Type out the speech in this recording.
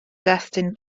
destun